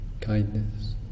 kindness